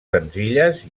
senzilles